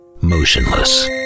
motionless